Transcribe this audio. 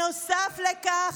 נוסף לכך,